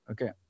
Okay